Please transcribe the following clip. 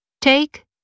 take